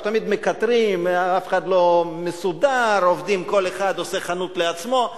אנחנו תמיד מקטרים שאף אחד לא מסודר ושעובדים וכל אחד עושה חנות לעצמו,